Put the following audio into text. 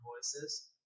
voices